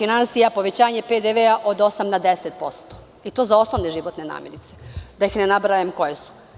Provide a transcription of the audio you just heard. Jedna je povećanje PDV od 8% na 10% i to za osnovne životne namirnice, da ne nabrajam koje su.